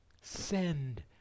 send